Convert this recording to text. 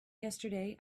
yesterday